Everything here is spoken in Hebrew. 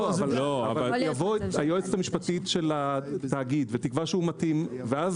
אבל תבוא היועצת המשפטית של התאגיד ותקבע שהוא מתאים ואז